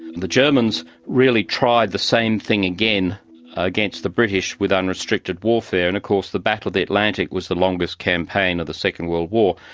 the germans really tried the same thing again against the british with unrestricted warfare, and of course the battle of the atlantic was the longest campaign of the second world war.